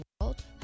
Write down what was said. world